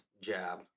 jab